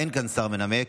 אין כאן שר מנמק.